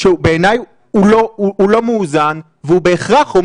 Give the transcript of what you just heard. שבעיניי הוא לא מאוזן והוא בהכרח אומר